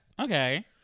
Okay